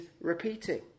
repeating